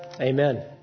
Amen